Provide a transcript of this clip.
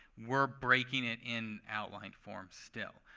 we're breaking it in outline form still.